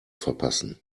verpassen